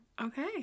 Okay